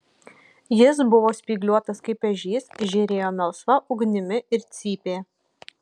jis buvo spygliuotas kaip ežys žėrėjo melsva ugnimi ir cypė